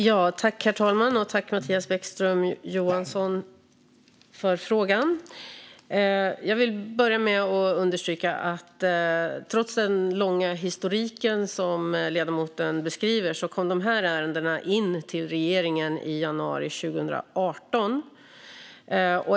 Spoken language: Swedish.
Herr talman! Tack, Mattias Bäckström Johansson, för frågan! Jag vill börja med att understryka att trots den långa historiken som ledamoten beskriver kom dessa ärenden in till regeringen i januari 2018.